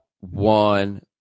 one